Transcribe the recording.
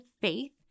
faith